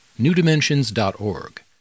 newdimensions.org